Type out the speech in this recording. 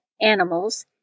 Animals